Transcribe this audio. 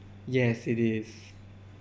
yes it is